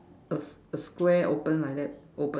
a a Square open like that open